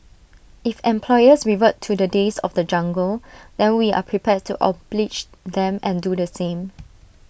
if employers revert to the days of the jungle then we are prepared to oblige them and do the same